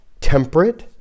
temperate